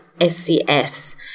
SCS